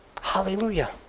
Hallelujah